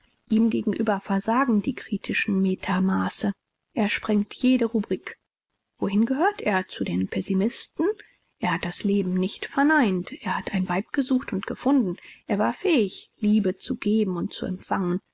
ihm gegenüber versagen die kritischen metermaße er sprengt jede rubrik wohin gehört er zu den pessimisten er hat das leben nicht verneint er hat ein weib gesucht und gefunden er war fähig liebe zu geben und zu empfangen